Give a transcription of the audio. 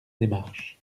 démarche